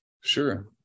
sure